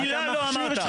מילה לא אמרת.